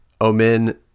Omin